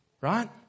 Right